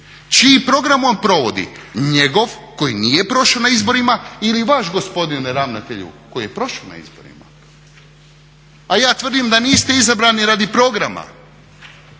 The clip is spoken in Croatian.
Čiji program on provodi njegov koji nije prošao na izborima ili vaš gospodine ravnatelju koji je prošao na izborima? A ja tvrdim da niste izabrani radi programa